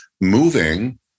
moving